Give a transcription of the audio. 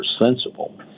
sensible